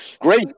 Great